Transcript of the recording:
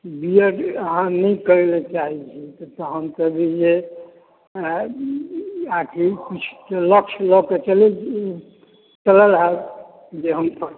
B Ed अहाँ नहि करऽ लए चाहै छी तहन तऽ बुझू जे आगे किछु लक्ष्य लऽ कऽ चलू चलल होयब जे हम